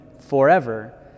forever